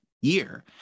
year